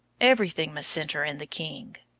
everything must centre in the king.